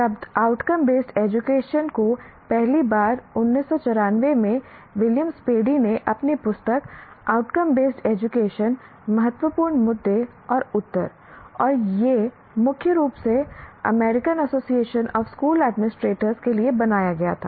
शब्द outcome based education को पहली बार 1994 में विलियम स्पैडी ने अपनी पुस्तक आउटकम बेस्ड एजुकेशन महत्वपूर्ण मुद्दे और उत्तर "और यह मुख्य रूप से American Association of School Administrator के लिए बनाया गया था